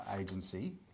Agency